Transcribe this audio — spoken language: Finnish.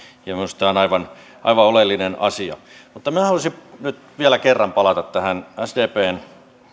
tämä on aivan aivan oleellinen asia mutta minä haluaisin nyt vielä kerran palata tähän sdpn